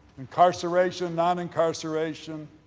incarceration, non-incarceration,